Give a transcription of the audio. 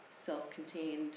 self-contained